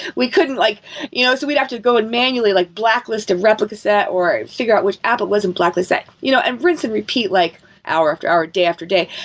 we couldn't like you know so we'd have to go and manually like blacklist of replicas set, or figure out which app it was and blacklist that, you know and rinse and repeat like hour after hour, day after day.